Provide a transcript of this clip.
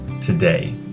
today